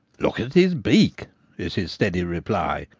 look at his beak is his steady reply.